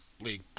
league